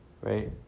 right